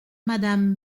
madame